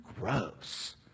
Gross